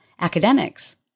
academics